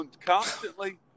constantly